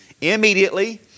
immediately